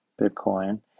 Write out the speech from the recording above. Bitcoin